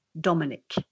Dominic